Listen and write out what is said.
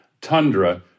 tundra